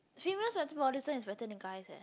female's metabolism is better than guy's eh